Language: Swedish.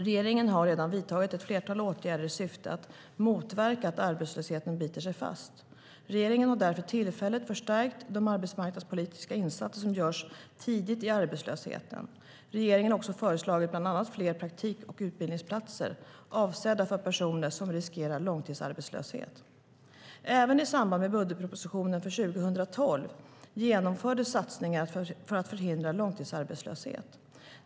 Regeringen har redan vidtagit ett flertal åtgärder i syfte att motverka att arbetslösheten biter sig fast. Regeringen har därför tillfälligt förstärkt de arbetsmarknadspolitiska insatser som görs tidigt i arbetslösheten. Regeringen har också föreslagit bland annat fler praktik och utbildningsplatser avsedda för personer som riskerar långtidsarbetslöshet. Även i samband med budgetpropositionen för 2012 genomfördes satsningar för att förhindra långtidsarbetslöshet.